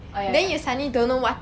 oh ya ya